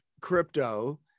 crypto